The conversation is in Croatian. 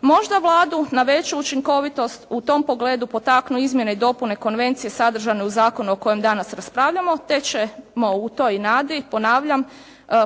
Možda Vladu na veću učinkovitost u tom pogledu potaknu izmjene i dopune konvencije sadržane u zakonu o kojem danas raspravljamo, te ćemo u toj nadi ponavljam